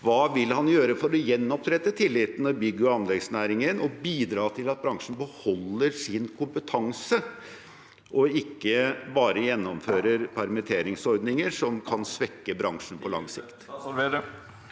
Hva vil han gjøre for å gjenopprette tilliten i bygge- og anleggsnæringen og bidra til at bransjen beholder sin kompetanse, ikke bare gjennomfører permitteringer, som kan svekke bransjen på lang sikt?